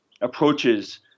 approaches